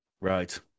Right